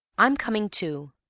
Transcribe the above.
i'm coming too.